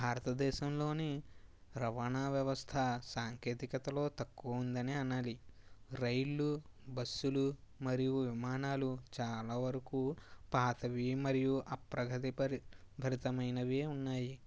భారతదేశంలోని రవాణా వ్యవస్థ సాంకేతికతలో తక్కువ ఉందనే అనాలి రైళ్లు బస్సులు మరియు విమానాలు చాలా వరకు పాతవి మరియు అప్రగతి పరి పరితమైనవే ఉన్నాయి